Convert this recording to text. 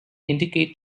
indicate